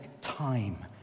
time